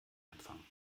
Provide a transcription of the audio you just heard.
empfang